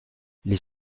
les